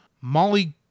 Molly